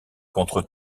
contre